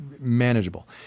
manageable